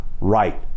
right